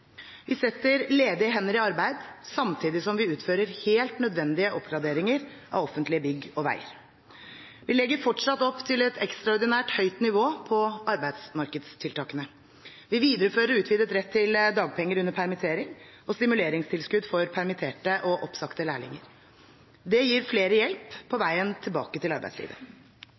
vi setter ledige hender i arbeid, samtidig som vi utfører helt nødvendige oppgraderinger av offentlige bygg og veier. Vi legger fortsatt opp til et ekstraordinært høyt nivå på arbeidsmarkedstiltakene. Vi viderefører utvidet rett til dagpenger under permittering og stimuleringstilskudd for permitterte og oppsagte lærlinger. Det gir flere hjelp på veien tilbake til arbeidslivet.